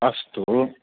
अस्तु